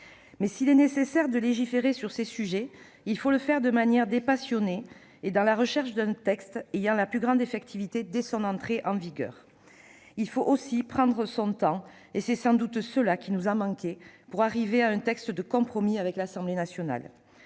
Mais s'il est nécessaire de légiférer sur ce sujet, il faut le faire de manière dépassionnée et en visant un texte ayant le plus d'effectivité possible dès son entrée en vigueur. Il faut aussi prendre son temps, et c'est sans doute ce qui nous a manqué pour parvenir à un texte de compromis avec l'Assemblée nationale.